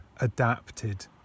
adapted